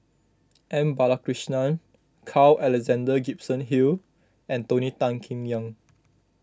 M Balakrishnan Carl Alexander Gibson Hill and Tony Tan Keng Yam